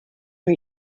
for